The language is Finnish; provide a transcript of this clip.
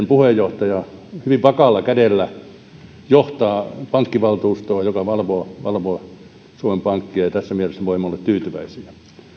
puheenjohtaja hyvin vakaalla kädellä johtaa pankkivaltuustoa joka valvoo valvoo suomen pankkia ja tässä mielessä voimme olla tyytyväisiä